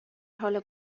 حال